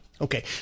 Okay